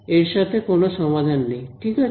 এর আর কোন সমাধান নেই ঠিক আছে